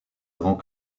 avant